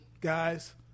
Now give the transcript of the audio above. guys